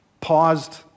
paused